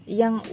yang